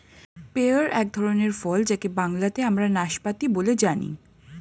pair এক ধরনের ফল যাকে বাংলাতে আমরা নাসপাতি বলে জানি